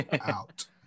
out